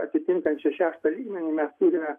atitinkančią šeštą lygmenį mes turime